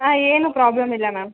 ಹಾಂ ಏನು ಪ್ರಾಬ್ಲಮ್ ಇಲ್ಲ ಮ್ಯಾಮ್